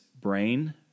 brain